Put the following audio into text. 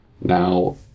Now